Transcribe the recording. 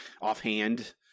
offhand